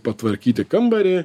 patvarkyti kambarį